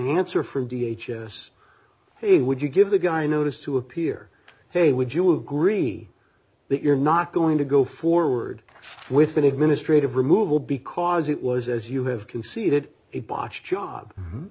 answer from d h s he would you give the guy notice to appear hey would you agree that you're not going to go forward with an administrative removal because it was as you have conceded